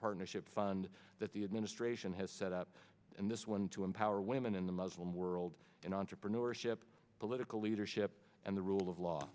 partnership fund that the administration has set up and this one to empower women in the muslim world in entrepreneurship political leadership and the rule of law